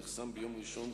נחסם ביום ראשון,